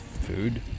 food